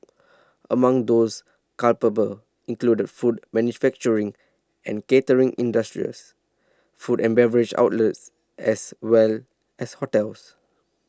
among those culpable included food manufacturing and catering industries food and beverage outlets as well as hotels